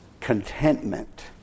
Contentment